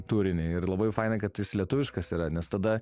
turinį ir labai faina kad jis lietuviškas yra nes tada